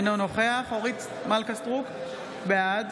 אינו נוכח אורית מלכה סטרוק, בעד